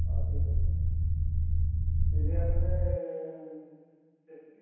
ହଉ ଠିକ୍ ଅଛି ଚିଲିକା ଗଲେ ସେତିକି